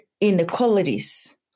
inequalities